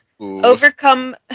Overcome